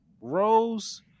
Rose